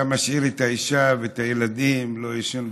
אתה משאיר את האישה ואת הילדים, לא ישן בבית.